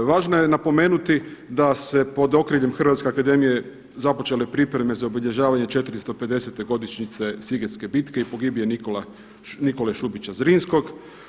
Važno je napomenuti da se pod okriljem Hrvatske akademije započele pripreme za obilježavanje 450 godišnjice Sigetske bitke i pogibije Nikole Šubića Zrinskog.